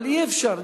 אבל אי-אפשר.